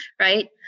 right